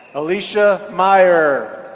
alisha meyer.